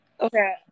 Okay